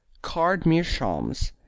carved meerschaums,